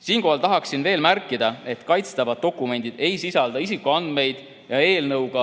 Siinkohal tahaksin veel märkida, et kaitstavad dokumendid ei sisalda isikuandmeid ja eelnõuga